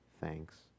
thanks